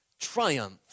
triumph